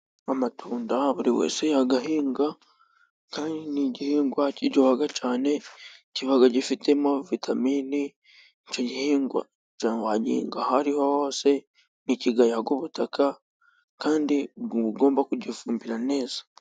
Amatunda aha buri wese yayahinga kandi ni igihingwa kiryoga cyane kiba gifite vitamini icyo gihingwa wagihinga ahari ho hose ntikigaya ubutaka kandi uba ugomba kugifumbira neza.